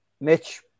Mitch